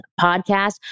podcast